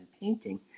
painting